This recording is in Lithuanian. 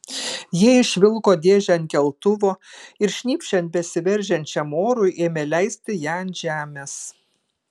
jie išvilko dėžę ant keltuvo ir šnypščiant besiveržiančiam orui ėmė leisti ją ant žemės